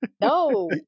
no